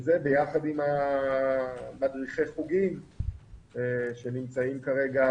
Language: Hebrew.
זה ביחד עם מדריכי החוגים שנמצאים כרגע,